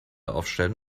aufstellen